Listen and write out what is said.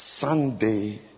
Sunday